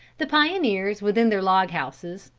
the pioneers within their log-houses,